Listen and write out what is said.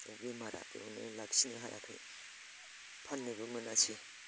बेमारा बेवनो लाखिनो हायाखै फाननोबो मोनासै